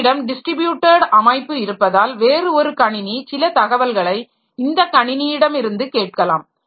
என்னிடம் டிஸ்ட்ரிபியூட்டட் அமைப்பு இருப்பதால் வேறு ஒரு கணினி சில தகவல்களை இந்த கணினியிடமிருந்து கேட்கலாம்